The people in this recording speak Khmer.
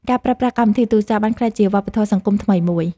ការប្រើប្រាស់កម្មវិធីទូរសព្ទ បានក្លាយជាវប្បធម៌សង្គមថ្មីមួយ។